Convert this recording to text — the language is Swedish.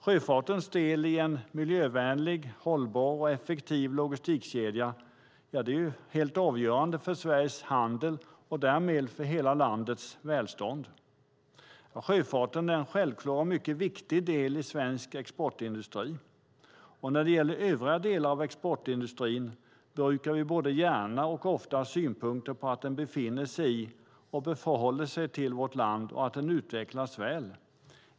Sjöfartens del i en miljövänlig, hållbar och effektiv logistikkedja är helt avgörande för Sveriges handel och därmed för hela landets välstånd. Sjöfarten är en självklar och mycket viktig del i svensk exportindustri. När det gäller övriga delar av exportindustrin brukar vi både gärna och ofta ha synpunkter på att den befinner sig i och förhåller sig till vårt land och att den utvecklas väl.